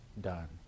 done